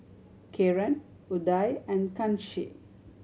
Kiran Udai and Kanshi